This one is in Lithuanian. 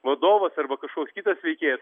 vadovas arba kažkoks kitas veikėjas